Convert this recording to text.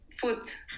foot